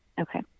Okay